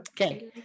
Okay